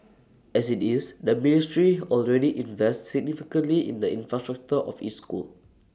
as IT is the ministry already invests significantly in the infrastructure of IT school